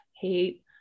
hate